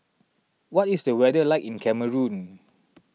what is the weather like in Cameroon